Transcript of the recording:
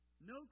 No